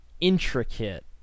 intricate